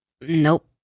Nope